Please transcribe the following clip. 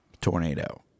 tornado